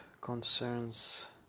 concerns